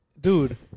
dude